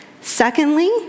Secondly